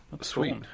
Sweet